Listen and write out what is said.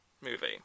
movie